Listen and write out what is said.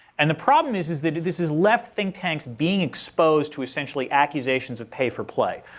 and the problem is is that this has left think tanks being exposed to essentially accusations of pay for play.